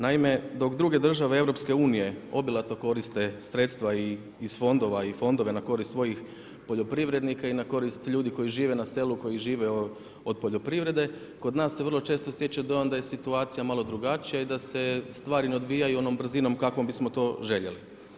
Naime, dok druge države EU obilato koriste sredstva iz fondova i fondove na korist svojih poljoprivrednika i na korist ljudi koji žive na selu, koji žive od poljoprivrede kod nas se vrlo često stječe dojam da je situacija malo drugačija i da se stvari ne odvijaju onom brzinom kakvom bismo to željeli.